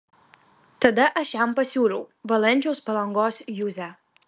tada aš jam pasiūliau valančiaus palangos juzę